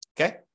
Okay